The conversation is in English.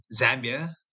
zambia